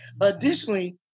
Additionally